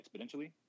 exponentially